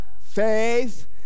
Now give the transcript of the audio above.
faith